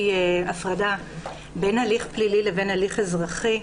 הפרדה בין הליך פלילי לבין הליך אזרחי,